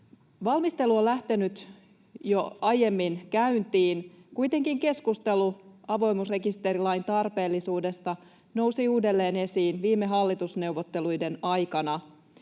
Valmistelu on lähtenyt jo aiemmin käyntiin. Kuitenkin keskustelu avoimuusrekisterilain tarpeellisuudesta nousi uudelleen esiin viime hallitusneuvotteluiden aikana,